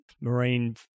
marine